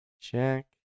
Check